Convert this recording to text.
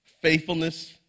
faithfulness